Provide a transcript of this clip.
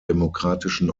demokratischen